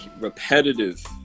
repetitive